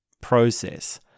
process